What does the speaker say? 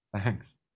thanks